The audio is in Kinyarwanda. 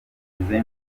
ubuzima